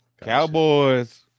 Cowboys